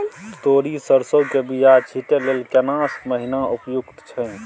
तोरी, सरसो के बीया छींटै लेल केना महीना उपयुक्त छै?